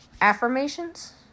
affirmations